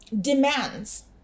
demands